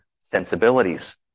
sensibilities